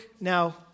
now